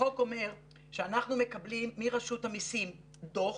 החוק אומר שאנחנו מקבלים מרשות המיסים דוח,